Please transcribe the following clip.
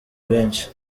benshi